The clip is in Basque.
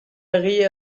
egile